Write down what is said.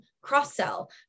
cross-sell